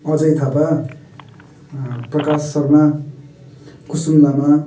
Ajay Thapa Prakash Sharma Kusum Lama